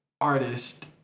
artist